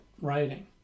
writing